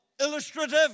illustrative